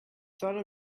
thought